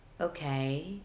okay